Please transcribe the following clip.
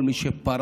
כל מי שפרע,